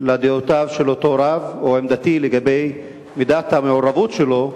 לדעותיו של אותו רב או לעמדתי לגבי מידת המעורבות שלו,